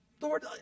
Lord